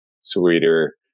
sweeter